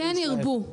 כן ירבו.